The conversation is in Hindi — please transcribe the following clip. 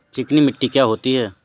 चिकनी मिट्टी क्या होती है?